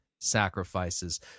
sacrifices